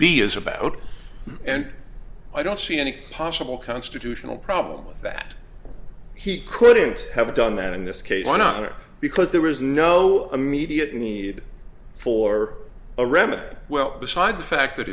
b is about and i don't see any possible constitutional problem with that he couldn't have done that in this case one honor because there is no immediate need for a remedy well beside the fact that